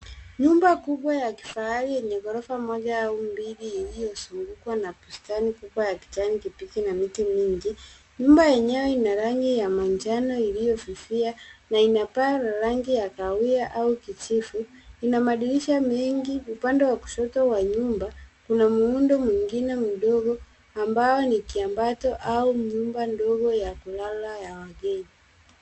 Nyumba kubwa ya kifahari ya ghorofa moja au mbili iliyozungukwa na bustani kubwa ya kijani kibichi na miti mingi .Nyumba yenyewe ina rangi ya iliyofifia na ina paa ya rangi ya kahawia au kijivu. Ina madirisha mengi, upande wa kushoto wa nuyumba kuna muundo mwingine mdogo ambao ni kiambato au nyumba dogo ya kulala ya wageni.